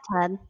tub